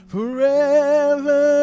Forever